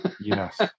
Yes